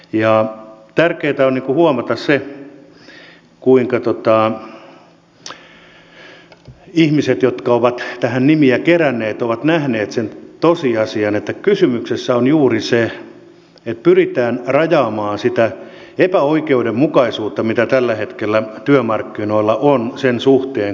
ja tärkeätä on huomata se kuinka ihmiset jotka ovat tähän nimiä keränneet ovat nähneet sen tosiasian että kysymyksessä on juuri se että pyritään rajaamaan sitä epäoikeudenmukaisuutta mitä tällä hetkellä työmarkkinoilla on sen suhteen kuinka nollatyösopimusta käytetään